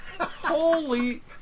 Holy